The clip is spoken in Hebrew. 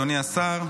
אדוני השר,